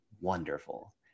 wonderful